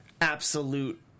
absolute